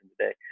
today